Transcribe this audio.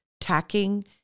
tacking